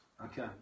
Okay